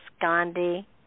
Gandhi